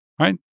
right